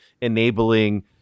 enabling